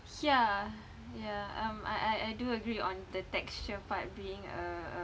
ya ya um I I I do agree on the texture part being uh uh